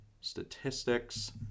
Statistics